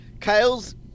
Kyle's